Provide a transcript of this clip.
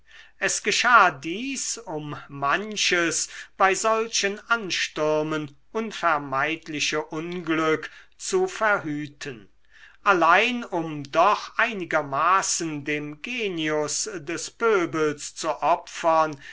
es geschah dies um manches bei solchen anstürmen unvermeidliche unglück zu verhüten allein um doch einigermaßen dem genius des pöbels zu opfern